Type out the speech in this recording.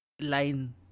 line